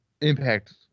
Impact